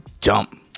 jump